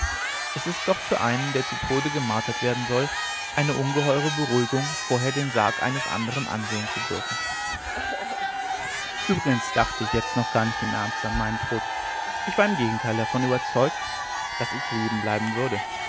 es ist doch für einen der zu tode gemartert werden soll eine ungeheure beruhigung vorher den sarg eines andern ansehen zu dürfen uebrigens dachte ich jetzt noch gar nicht im ernste an meinen tod ich war im gegenteile überzeugt daß ich leben bleiben würde